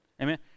Amen